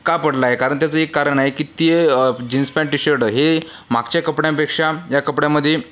का पडला आहे कारण त्याचं एक कारण आहे की ते जीन्स पॅन्ट टी शर्ट हे मागच्या कपड्यांपेक्षा ह्या कपड्यांमध्ये